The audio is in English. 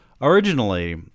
Originally